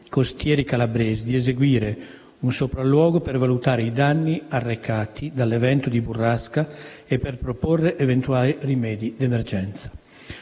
costieri calabresi, di eseguire un sopralluogo per valutare i danni arrecati dall'evento di burrasca e per proporre eventuali rimedi d'emergenza.